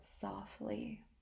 softly